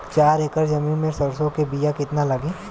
चार एकड़ जमीन में सरसों के बीया कितना लागी?